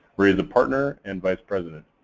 where he's a partner and vice president.